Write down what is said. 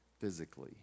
physically